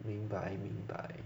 明白明白